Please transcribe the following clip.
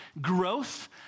growth